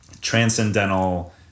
transcendental